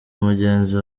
mugenzi